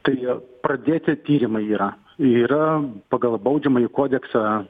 tai pradėti tyrimai yra yra pagal baudžiamąjį kodeksą